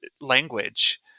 language